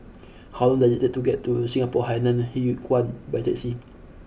how long does it take to get to Singapore Hainan Hwee Kuan by taxi